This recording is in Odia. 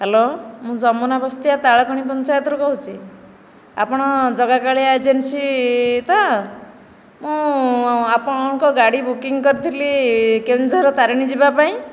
ହ୍ୟାଲୋ ମୁଁ ଯମୁନା ବସ୍ତିଆ ତାଳଖଣି ପଞ୍ଚାୟତରୁ କହୁଛି ଆପଣ ଜାଗାକାଳିଆ ଏଜେନ୍ସି ତ ମୁଁ ଆପଣଙ୍କ ଗାଡ଼ି ବୁକିଂ କରିଥିଲି କେଉଁଝର ତାରିଣୀ ଯିବାପାଇଁ